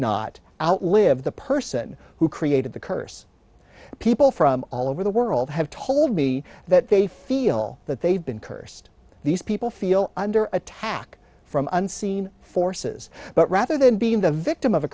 not outlive the person who created the curse people from all over the world have told me that they feel that they've been cursed these people feel under attack from unseen forces but rather than being the victim of a